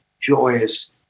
joyous